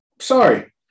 Sorry